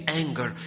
anger